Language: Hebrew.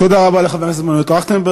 תודה רבה לחבר הכנסת מנואל טרכטנברג.